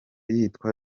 yitwa